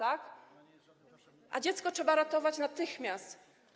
A dziecko trzeba ratować natychmiast.